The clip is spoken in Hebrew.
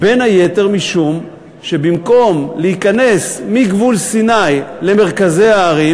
בין היתר משום שבמקום להיכנס מגבול סיני למרכזי הערים,